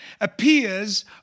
appears